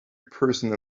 person